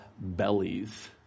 bellies